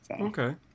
Okay